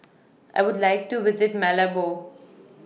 I Would like to visit Malabo